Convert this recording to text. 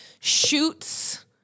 shoots